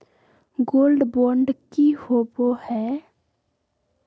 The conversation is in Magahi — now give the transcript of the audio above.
गोल्ड बॉन्ड की होबो है?